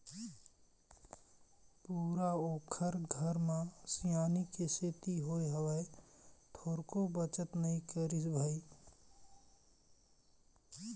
पूरा ओखर घर म बाई सियानी के सेती होय हवय, थोरको बचत नई करिस भई